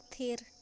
ᱛᱷᱤᱨ